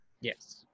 Yes